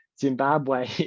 zimbabwe